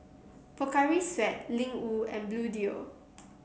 Pocari Sweat Ling Wu and Bluedio